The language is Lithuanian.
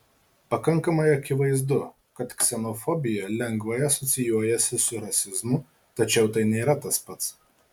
pakankamai akivaizdu kad ksenofobija lengvai asocijuojasi su rasizmu tačiau tai nėra tas pats